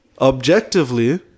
objectively